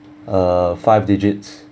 uh five digits